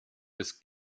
des